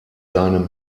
seinem